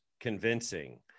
Convincing